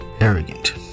arrogant